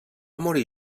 morir